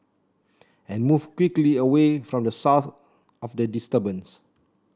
and move quickly away from the source of the disturbance